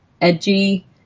edgy